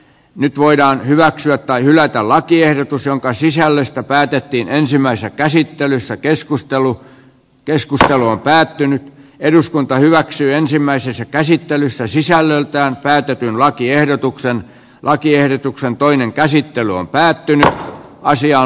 nyt voidaan hyväksyä tai hylätä lakiehdotus jonka sisällöstä päätettiin ensimmäisessä käsittelyssä keskustelu keskus jolla on päättynyt eduskunta hyväksyi ensimmäisessä käsittelyssä sisällöltään päätetyn lakiehdotuksen lakiehdotuksen toinen käsittely on päättynyt ja asiaan